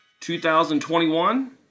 2021